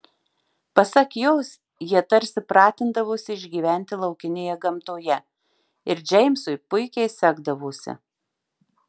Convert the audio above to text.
pasak jos jie tarsi pratindavosi išgyventi laukinėje gamtoje ir džeimsui puikiai sekdavosi